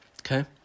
Okay